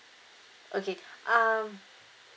okay um